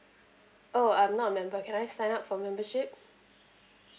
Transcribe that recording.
oh I'm not a member can I sign up for membership